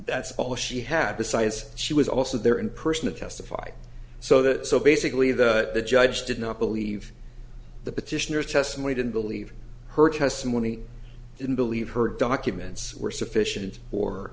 that's all she had besides she was also there in person to testify so that so basically that the judge did not believe the petitioners testimony didn't believe her testimony didn't believe her documents were sufficient or